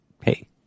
hey